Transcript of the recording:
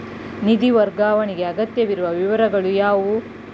ನಿಧಿ ವರ್ಗಾವಣೆಗೆ ಅಗತ್ಯವಿರುವ ವಿವರಗಳು ಯಾವುವು?